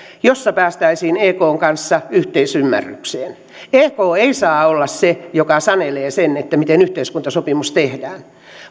joilla päästäisiin ekn kanssa yhteisymmärrykseen ek ei saa olla se joka sanelee sen miten yhteiskuntasopimus tehdään